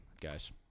guys